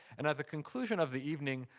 and at the conclusion of the evening,